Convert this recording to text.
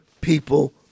people